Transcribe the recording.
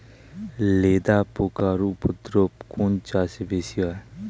লেদা পোকার উপদ্রব কোন চাষে বেশি হয়?